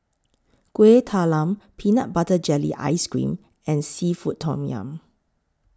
Kueh Talam Peanut Butter Jelly Ice Cream and Seafood Tom Yum